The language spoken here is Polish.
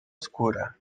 skórę